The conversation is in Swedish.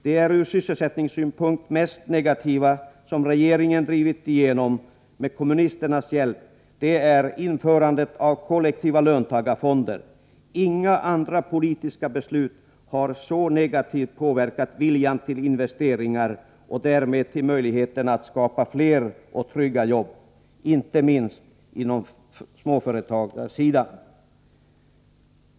Det från sysselsättningssynpunkt mest negativa som regeringen drivit igenom, med kommunisternas hjälp, är införandet av kollektiva löntagarfonder. Inga andra politiska beslut har så negativt påverkat viljan till investeringar och därmed möjligheterna att skapa fler och trygga jobb — inte minst på småföretagarsidan.